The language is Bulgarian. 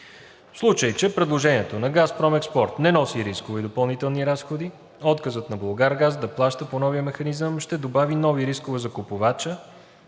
В случай че предложението на „Газпром Експорт“ не носи рискове и допълнителни разходи, отказът на „Булгаргаз“ да плаща по новия механизъм ще добави нови рискове за купувача